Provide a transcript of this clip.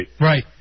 Right